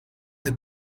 the